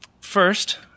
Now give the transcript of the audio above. First